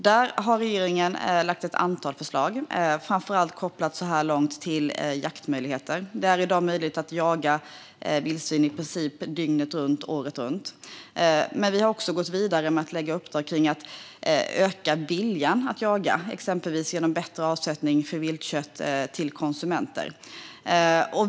Där har regeringen lagt ett antal förslag, så här långt framför allt kopplat till jaktmöjligheter. Det är i dag möjligt att jaga vildsvin i princip dygnet runt, året runt. Vi har också gått vidare med att lägga uppdrag kring att öka viljan att jaga, exempelvis genom bättre avsättning för viltkött till konsumenter.